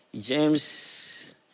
James